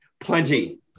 plenty